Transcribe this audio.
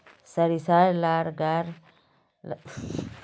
सरिसार ला गार लात्तिर की किसम मौसम दरकार?